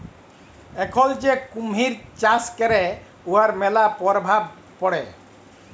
এখল যে কুমহির চাষ ক্যরে উয়ার ম্যালা পরভাব পড়ে